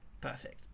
perfect